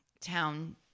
town